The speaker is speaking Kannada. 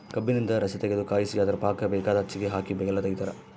ಕಬ್ಬಿನಿಂದ ರಸತಗೆದು ಕಾಯಿಸಿ ಅದರ ಪಾಕ ಬೇಕಾದ ಹೆಚ್ಚಿಗೆ ಹಾಕಿ ಬೆಲ್ಲ ತೆಗಿತಾರ